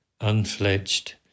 Unfledged